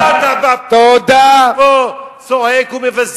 אז על מה אתה בא פה צועק ומבזה?